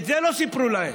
את זה לא סיפרו להם.